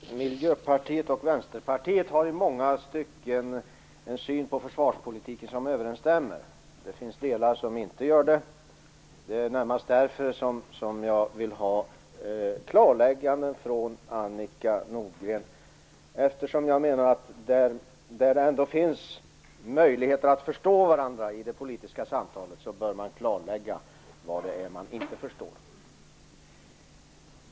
Fru talman! Miljöpartiet och Vänsterpartiet har i många stycken en överensstämmande syn på försvarspolitiken. Det finns delar där den inte gör det. Det är närmast därför som jag vill ha klarlägganden från Annika Nordgren. Där det ändå finns möjligheter att förstår varandra i det politiska samtalet bör man klarlägga vad det är man inte förstår.